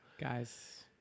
Guys